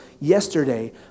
yesterday